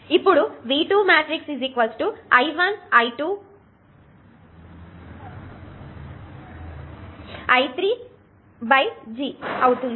అదేవిధంగా మీరు V2 I1 I2 I3 G అవుతుంది